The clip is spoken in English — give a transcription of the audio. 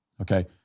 okay